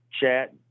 chat